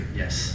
yes